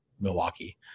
Milwaukee